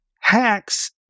Hacks